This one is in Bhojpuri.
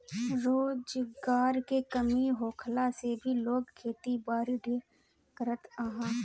रोजगार के कमी होखला से भी लोग खेती बारी ढेर करत हअ